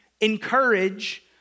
encourage